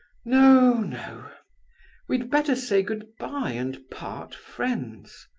no, no we'd better say good-bye and part friends.